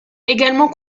également